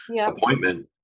appointment